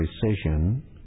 precision